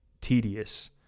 tedious